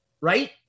right